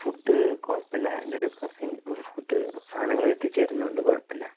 food കുഴപ്പമില്ല എൻ്റെ ഒരു കസിൻ ഫുഡ് സാധനങ്ങള് എത്തിച്ചരുന്നുണ്ട് കുഴപ്പമില്ല